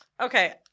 okay